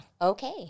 Okay